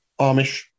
Amish